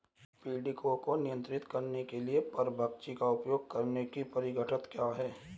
पीड़कों को नियंत्रित करने के लिए परभक्षी का उपयोग करने की परिघटना क्या है?